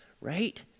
right